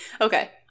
Okay